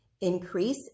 increase